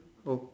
oh